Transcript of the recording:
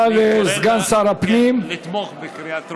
אני קורא לתמוך בקריאה טרומית.